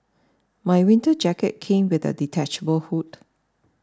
my winter jacket came with a detachable hood